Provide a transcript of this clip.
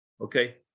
okay